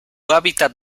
hábitat